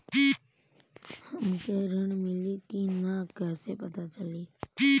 हमके ऋण मिली कि ना कैसे पता चली?